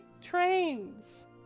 trains